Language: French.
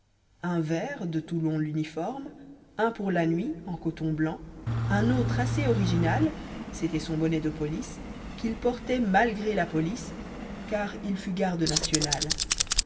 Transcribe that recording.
un vert de toulon l'uniforme un pour la nuit en coton blanc un autre assez orijginal c'était son bonnet de police qu'il portait malgré la police car il fut garde national